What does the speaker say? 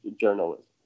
journalism